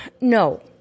No